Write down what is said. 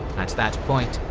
at that point,